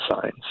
signs